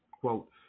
Quote